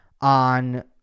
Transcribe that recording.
on